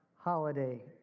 holiday